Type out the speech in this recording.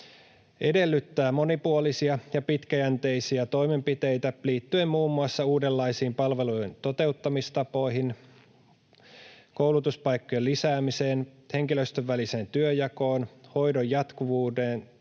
edellyttää monipuolisia ja pitkäjänteisiä toimenpiteitä liittyen muun muassa uudenlaisiin palveluiden toteuttamistapoihin, koulutuspaikkojen lisäämiseen, henkilöstön väliseen työnjakoon, hoidon jatkuvuuteen